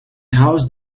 house